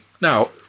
Now